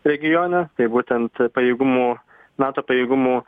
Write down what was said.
regione tai būtent pajėgumų nato pajėgumų